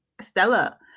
Stella